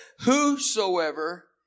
whosoever